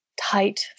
tight